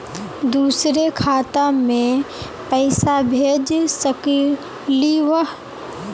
दुसरे खाता मैं पैसा भेज सकलीवह?